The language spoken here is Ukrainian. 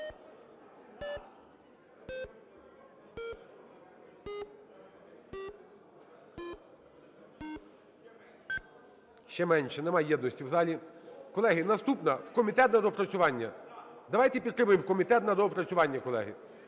Ще менше. Нема єдності в залі. Колеги, наступне. В комітет на доопрацювання. Давайте підтримаємо в комітет на доопрацювання, колеги,